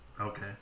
Okay